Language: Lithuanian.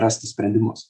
rasti sprendimus